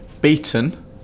beaten